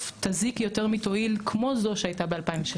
תזיק יותר מתועיל כמו זו שהייתה ב-2016.